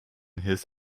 his